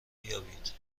بیابید